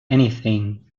anything